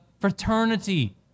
fraternity